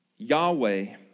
Yahweh